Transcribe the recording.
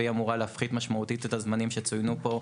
והיא אמורה להפחית משמעותית את הזמנים שצוינו פה,